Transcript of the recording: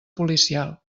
policial